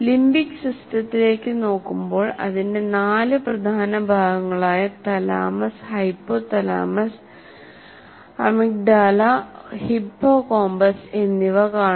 limbic സിസ്റ്റത്തിലേക്ക് നോക്കുമ്പോൾ അതിന്റെ നാല് പ്രധാന ഭാഗങ്ങളായ തലാമസ് ഹൈപ്പോതലാമസ് അമിഗ്ഡാല ഹിപ്പോകാമ്പസ് എന്നിവ കാണാം